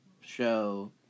Show